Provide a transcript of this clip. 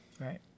right